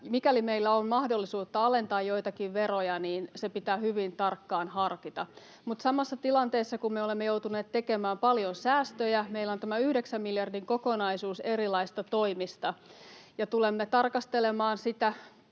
mikäli meillä on mahdollisuutta alentaa joitakin veroja, se pitää hyvin tarkkaan harkita. Mutta samassa tilanteessa, kun me olemme joutuneet tekemään paljon säästöjä, meillä on tämä 9 miljardin kokonaisuus erilaisista toimista, ja tulemme tarkastelemaan,